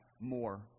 more